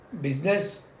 business